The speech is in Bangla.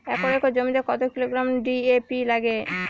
এক একর জমিতে কত কিলোগ্রাম ডি.এ.পি লাগে?